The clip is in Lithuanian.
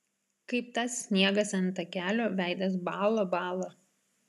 kaip tas sniegas ant takelio veidas bąla bąla